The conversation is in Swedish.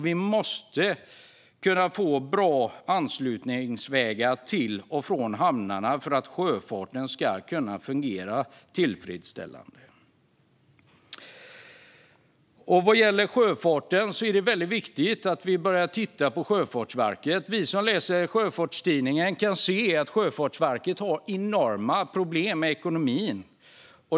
Vi måste kunna få bra anslutningsvägar till och från hamnarna för att sjöfarten ska kunna fungera tillfredsställande. Vad gäller sjöfarten är det väldigt viktigt att vi börjar titta på Sjöfartsverket. Vi som läser Sjöfartstidningen kan se att Sjöfartsverket har enorma problem med ekonomin.